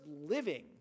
living